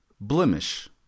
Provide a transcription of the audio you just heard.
blemish